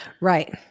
Right